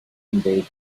invade